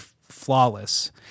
flawless